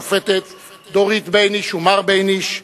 השופטת דורית בייניש ומר בייניש,